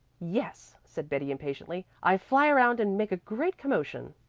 yes, said betty impatiently. i fly around and make a great commotion,